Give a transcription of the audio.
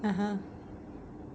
(uh huh)